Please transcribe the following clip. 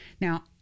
Now